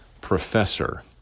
professor